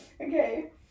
Okay